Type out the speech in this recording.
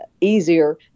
easier